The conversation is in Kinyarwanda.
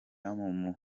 mugabane